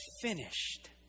finished